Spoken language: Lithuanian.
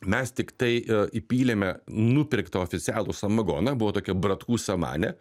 mes tiktai įpylėme nupirktą oficialų samagoną buvo tokia bratkų samanė